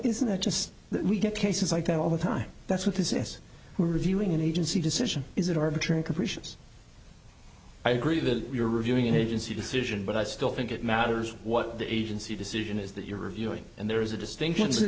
isn't that just that we get cases like that all the time that's what this is we're reviewing an agency decision is it arbitrary capricious i agree that you're reviewing an agency decision but i still think it matters what the agency decision is that you're reviewing and there is a distinction